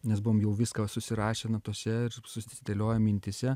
nes buvom jau viską susirašę na puse susidėlioja mintyse